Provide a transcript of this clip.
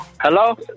Hello